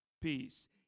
peace